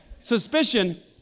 suspicion